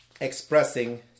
expressing